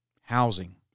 housing